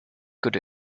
good